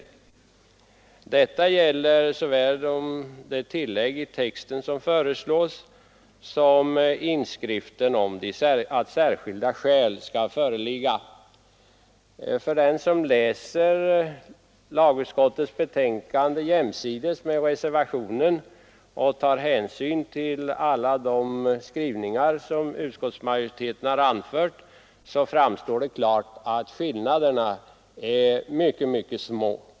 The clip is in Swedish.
Detta gäller både det tillägg till texten som föreslås och stadgandet att särskilda skäl skall föreligga. För den som läser utskottsmajoritetens skrivning jämsides med reservationerna och tar hänsyn till allt vad utskottsmajoriteten anfört framstår det klart att skillnaderna är mycket, mycket små.